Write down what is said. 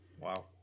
Wow